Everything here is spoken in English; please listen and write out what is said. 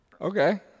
okay